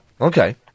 Okay